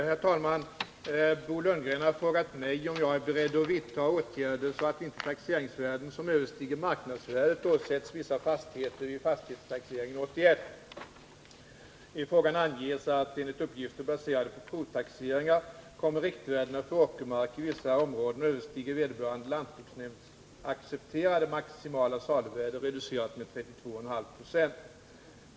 Herr talman! Bo Lundgren har frågat mig om jag är beredd att vidta åtgärder så att inte taxeringsvärden som överstiger marknadsvärdet åsätts vissa fastigheter vid fastighetstaxeringen 1981. I frågan anges att enligt uppgifter baserade på provtaxeringar kommer riktvärdena för åkermark i vissa områden att överstiga vederbörande lantbruksnämnds accepterade maximala saluvärde, reducerat med 32,5 46.